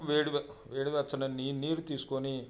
వేడి వేడి వెచ్చని నీరు తీసుకుని